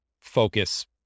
focus